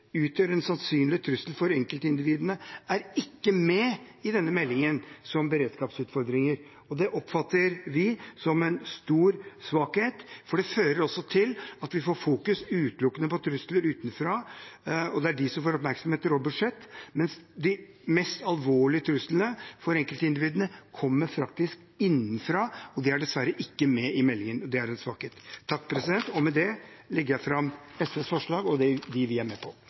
utgjør en sannsynlig trussel mot enkeltindividene, er ikke med i denne meldingen som beredskapsutfordringer. Det oppfatter vi som en stor svakhet, for det fører også til at fokuset utelukkende blir på trusler utenfra – og det er de som får oppmerksomhet og budsjett – mens de mest alvorlige truslene for enkeltindividene faktisk kommer innenfra. Det er dessverre ikke med i meldingen, og det er en svakhet. Vi lever i usikre tider. Som det går fram av samfunnssikkerhetsmeldingen, bygger vår velstand i stor grad på